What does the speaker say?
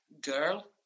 girl